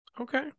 okay